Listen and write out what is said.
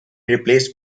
replaced